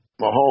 Mahomes